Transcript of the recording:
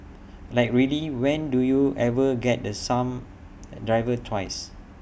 like really when do you ever get the some driver twice